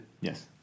Yes